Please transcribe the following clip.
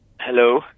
Hello